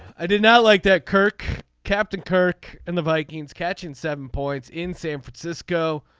i did not like that. kirk captain kirk and the vikings catching seven points in san francisco.